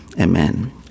Amen